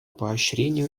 поощрению